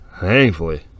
thankfully